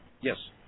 Yes